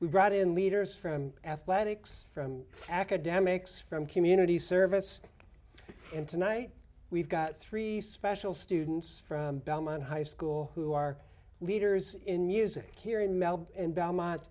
we brought in leaders from athletics from academics from community service and tonight we've got three special students from belmont high school who are leaders in music here in melb in belmont